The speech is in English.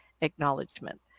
acknowledgement